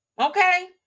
okay